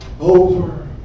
over